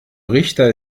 richter